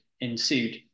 ensued